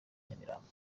nyamirambo